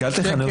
חברים, תודה.